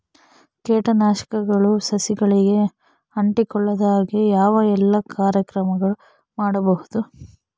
ಕೇಟನಾಶಕಗಳು ಸಸಿಗಳಿಗೆ ಅಂಟಿಕೊಳ್ಳದ ಹಾಗೆ ಯಾವ ಎಲ್ಲಾ ಕ್ರಮಗಳು ಮಾಡಬಹುದು?